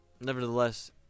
nevertheless